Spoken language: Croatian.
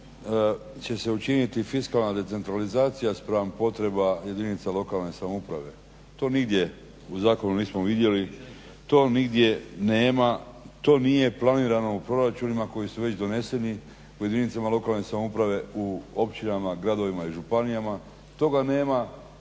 će se učiniti fiskalna decentralizacija spram potreba jedinica lokalne samouprave. To nigdje u zakonu nismo vidjeli, to nigdje nema, to nije planirano u proračunima koji su već doneseni u jedinicama lokalne samouprave, u općinama, gradovima i županijama. Toga nema